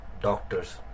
doctors